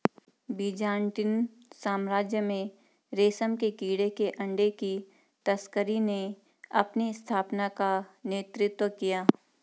Byzantine साम्राज्य में रेशम के कीड़े के अंडे की तस्करी ने अपनी स्थापना का नेतृत्व किया